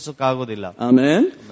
Amen